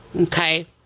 okay